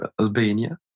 Albania